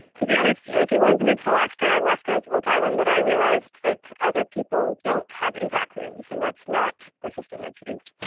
to be honest, like it wasn't until after i left roosevelt island that i realized that other people don't have avac rooms, and that's not the system that's used